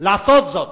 לעשות זאת?